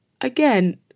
again